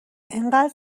انقد